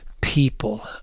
people